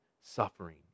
suffering